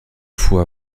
fois